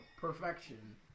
Perfection